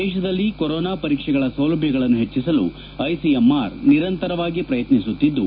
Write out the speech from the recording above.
ದೇಶದಲ್ಲಿ ಕೊರೋನಾ ಪರೀಕ್ಷೆಗಳ ಸೌಲಭ್ಯಗಳನ್ನು ಹೆಚ್ಚಿಸಲು ಐಸಿಎಂಆರ್ ನಿರಂತರವಾಗಿ ಪ್ರಯತ್ನಿಸುತ್ತಿದ್ದು